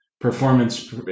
performance